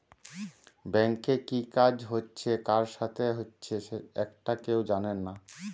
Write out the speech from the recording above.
ব্যাংকে কি কাজ হচ্ছে কার সাথে হচ্চে একটা কেউ জানে না